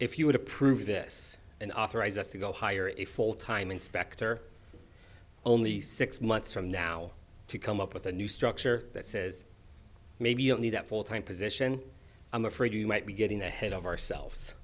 you would approve this and authorize us to go hire a full time inspector only six months from now to come up with a new structure that says maybe you don't need that full time position i'm afraid you might be getting ahead of ourselves